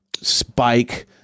spike